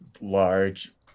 large